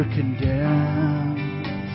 condemned